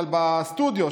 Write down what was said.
אבל בסטודיו,